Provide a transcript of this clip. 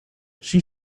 she